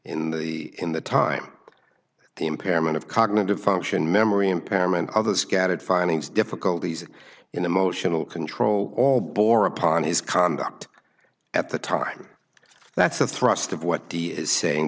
in the in the time the impairment of cognitive function memory impairment other scattered findings difficulties in emotional control all bore upon his conduct at the time that's the thrust of what he is saying